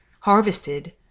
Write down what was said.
Harvested